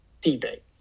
debate